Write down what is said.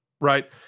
right